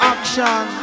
Action